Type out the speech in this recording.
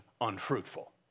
unfruitful